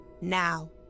Now